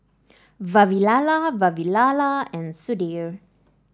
Vavilala Vavilala and Sudhir